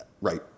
right